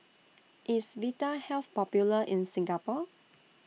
IS Vitahealth Popular in Singapore